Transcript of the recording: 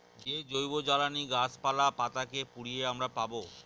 যে জৈবজ্বালানী গাছপালা, পাতা কে পুড়িয়ে আমরা পাবো